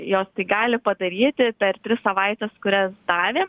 jos tai gali padaryti per tris savaites kurias davėm